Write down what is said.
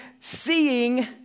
Seeing